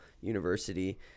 university